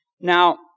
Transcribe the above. Now